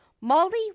molly